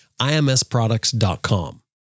IMSproducts.com